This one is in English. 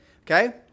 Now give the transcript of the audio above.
Okay